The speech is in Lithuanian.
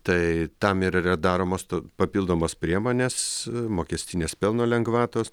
tai tam ir yra daromos to papildomos priemonės mokestinės pelno lengvatos